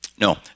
No